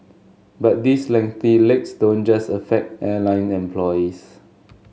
but these lengthy legs don't just affect airline employees